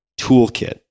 toolkit